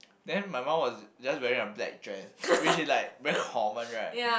then my mum was just wearing a black dress which is like very common right